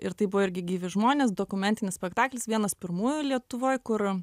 ir tai buvo irgi gyvi žmonės dokumentinis spektaklis vienas pirmųjų lietuvoj kur